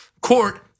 court